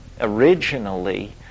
originally